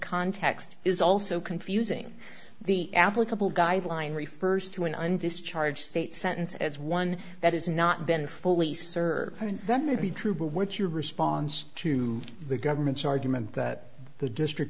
context is also confusing the applicable guideline refers to an undischarged state sentence as one that has not been fully served and that may be true but what your response to the government's argument that the district